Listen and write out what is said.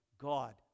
God